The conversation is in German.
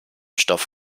stoff